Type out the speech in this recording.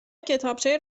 کتابچه